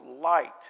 light